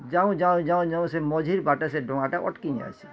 ଯାଉଁ ଯାଉଁ ଯାଉଁ ଯାଉଁ ସେ ମଝିର୍ ବାଟରେ ସେ ଡ଼ଙ୍ଗାଟା ଅଟକି ଯାଏଁସିଁ